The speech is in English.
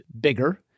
bigger